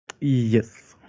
Yes